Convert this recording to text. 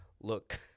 look